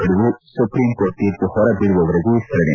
ಗದುವು supreme court ತೀರ್ಪು ಹೊರಬೀಳುವವರೆಗೆ ವಿಸ್ತರಣೆ